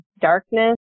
darkness